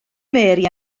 mary